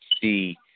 see